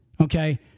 Okay